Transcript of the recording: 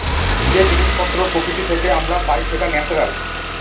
যে জিনিস পত্র প্রকৃতি থেকে আমরা পাই সেটা ন্যাচারাল